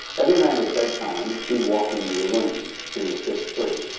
every night at bedtime, he'd walk into your room. he was six, three.